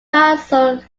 council